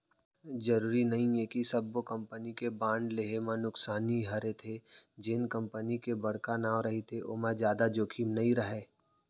जरूरी नइये कि सब्बो कंपनी के बांड लेहे म नुकसानी हरेथे, जेन कंपनी के बड़का नांव रहिथे ओमा जादा जोखिम नइ राहय